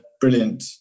brilliant